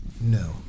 No